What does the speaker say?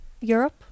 Europe